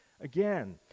again